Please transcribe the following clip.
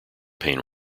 pain